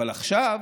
אבל עכשיו